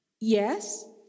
Yes